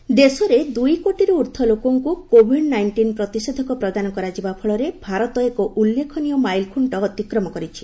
vaccination ଦେଶରେ ଦୁଇ କୋଟିରୁ ଉର୍ଦ୍ଧ୍ୱ ଲୋକଙ୍କୁ କୋଭିଡ ନାଇଣ୍ଟିନ୍ ପ୍ରତିଷେଧକ ପ୍ରଦାନ କରାଯିବା ଫଳରେ ଭାରତ ଏକ ଉଲ୍ଲେଖନୀୟ ମାଇଲ୍ଖୁଣ୍ଟ ଅତିକ୍ରମ କରିଛି